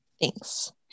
thanks